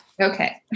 Okay